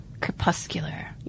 Crepuscular